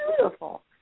beautiful